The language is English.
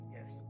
Yes